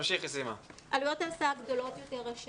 השנה עלויות ההסעה גדולות יותר.